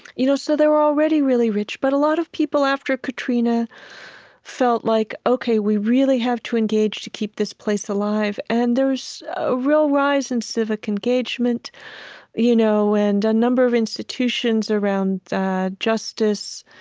you know so they're already really rich. but a lot of people after katrina felt, like ok, we really have to engage to keep this place alive. and there's a real rise in civic engagement you know and a number of institutions around justice